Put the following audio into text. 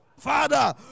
Father